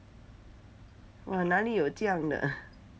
!wah! 哪里有这样的